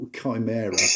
Chimera